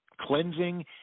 Cleansing